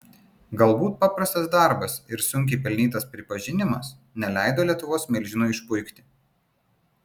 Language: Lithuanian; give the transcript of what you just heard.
galbūt paprastas darbas ir sunkiai pelnytas pripažinimas neleido lietuvos milžinui išpuikti